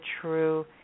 true